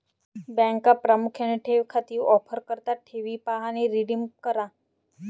बँका प्रामुख्याने ठेव खाती ऑफर करतात ठेवी पहा आणि रिडीम करा